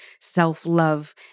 self-love